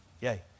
Yay